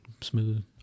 Smooth